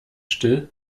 still